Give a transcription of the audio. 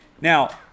Now